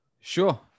Sure